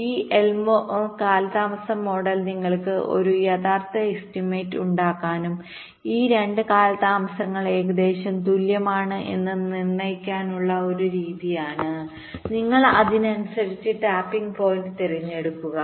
ഈ എൽമോർ കാലതാമസ മോഡൽ നിങ്ങൾക്ക് ഒരു യഥാർത്ഥ എസ്റ്റിമേറ്റ് ഉണ്ടാക്കാനും ഈ 2 കാലതാമസങ്ങൾ ഏകദേശം തുല്യമാണ് എന്ന് നിർണ്ണയിക്കാനുമുള്ള ഒരു രീതിയാണ് നിങ്ങൾ അതിനനുസരിച്ച് ടാപ്പിംഗ് പോയിന്റ് തിരഞ്ഞെടുക്കുക